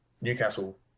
Newcastle